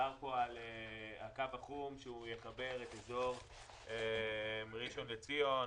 מדובר על הקו החום שיחבר בין אזור ראשון לציון,